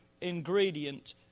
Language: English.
ingredient